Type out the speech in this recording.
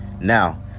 now